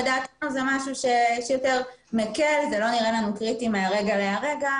לדעתנו זה משהו שיותר מקל ולא נראה לנו קריטי מהרגע לרגע